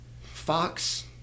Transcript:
Fox